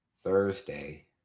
Thursday